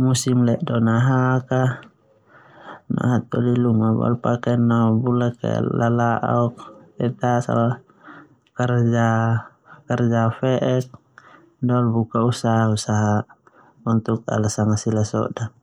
musim ledo mahaak a no hataholi luma boe ala paken neu bula lala'ok te ta so na kerja kerja fe'ek te ta so na ala buka kerja sanga sila sodan.